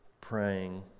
praying